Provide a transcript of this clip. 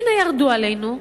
הנה ירדו עלינו,